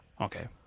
Okay